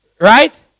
Right